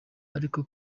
ariko